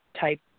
type